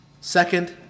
Second